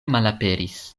malaperis